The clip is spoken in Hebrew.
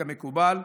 כמקובל.